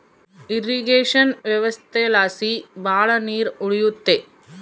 irrigation ವ್ಯವಸ್ಥೆಲಾಸಿ ಭಾಳ ನೀರ್ ಉಳಿಯುತ್ತೆ